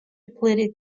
pleaded